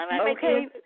Okay